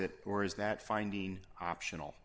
it or is that finding optional